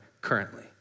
currently